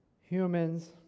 humans